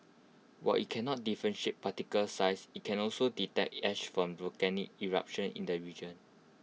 while IT cannot differentiate particle size IT can also detect ash from volcanic eruptions in the region